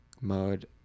mode